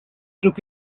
took